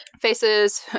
faces